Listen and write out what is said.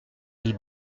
les